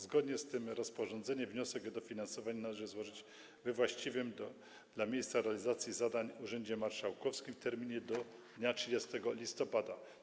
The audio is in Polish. Zgodnie z tym rozporządzeniem wniosek o dofinansowanie należy złożyć we właściwym dla miejsca realizacji zadania urzędzie marszałkowskim w terminie do dnia 30 listopada.